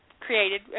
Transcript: created